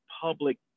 public